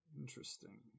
Interesting